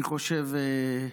אני חושב,